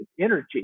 energy